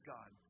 God